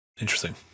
Interesting